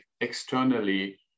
externally